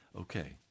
Okay